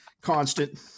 constant